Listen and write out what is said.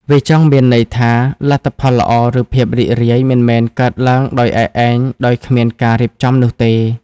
វាចង់មានន័យថា លទ្ធផលល្អ ឬភាពរីករាយ មិនមែនកើតឡើងដោយឯកឯងដោយគ្មានការរៀបចំនោះទេ។